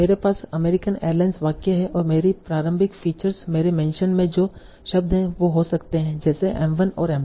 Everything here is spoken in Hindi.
मेरे पास अमेरिकन एयरलाइंस वाक्य हैं और मेरी प्रारंभिक फीचर्स मेरे मेंशन में जो शब्द हैं वो हो सकते है जैसे M1 और M2